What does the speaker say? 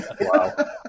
Wow